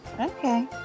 Okay